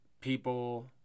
people